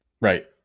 Right